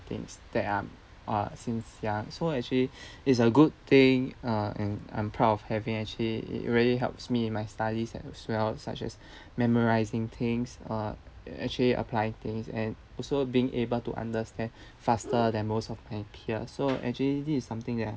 things that are uh since young so actually it's a good thing uh and I'm proud of having actually it really helps me my studies as well such as memorising things uh actually apply things and also being able to understand faster than most of my peers so actually this is something that